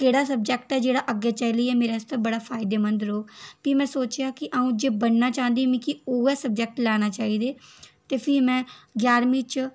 केह्ड़ा सब्जैक्ट ऐ जेह्ड़ा अग्गै चलियै मेरे आस्तै बड़ा फायदे मदं रौह्ग फ्ही में सोचेआ अऊं जो बननी चांहदी मिकी उऐ सब्जैक्ट लैना चाहिदा ते फ्ही में ञारमीं